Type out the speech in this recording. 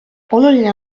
oluline